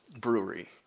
brewery